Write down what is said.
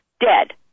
dead